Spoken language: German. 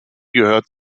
gehört